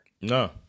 No